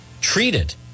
treated